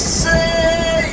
say